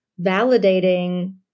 validating